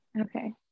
Okay